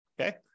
okay